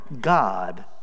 God